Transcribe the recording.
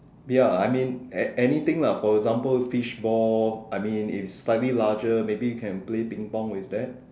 ya I mean an~ anything lah for example fishball I mean if slightly larger maybe can play ping pong with that